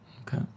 Okay